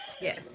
Yes